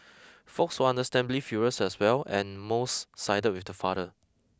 folks were understandably furious as well and most sided with the father